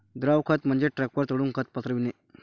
द्रव खत म्हणजे ट्रकवर चढून खत पसरविणे